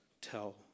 tell